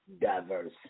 diverse